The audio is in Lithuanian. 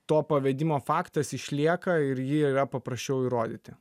to pavedimo faktas išlieka ir jį yra paprasčiau įrodyti